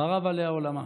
חרב עליה עולמה.